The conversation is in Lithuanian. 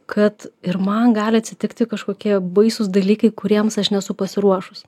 kad ir man gali atsitikti kažkokie baisūs dalykai kuriems aš nesu pasiruošus